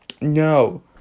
No